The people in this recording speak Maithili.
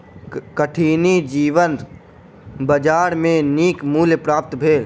कठिनी जीवक बजार में नीक मूल्य प्राप्त भेल